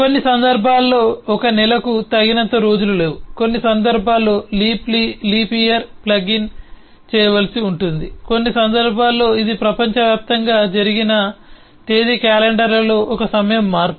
కొన్ని సందర్భాల్లో ఒక నెలకు తగినంత రోజులు లేవు కొన్ని సందర్భాల్లో లీప్ ఇయర్ ప్లగ్ ఇన్ చేయవలసి ఉంటుంది కొన్ని సందర్భాల్లో ఇది ప్రపంచవ్యాప్తంగా జరిగిన తేదీ క్యాలెండర్లో ఒక సమయం మార్పు